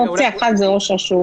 אופציה אחת היא ראש רשות.